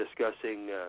discussing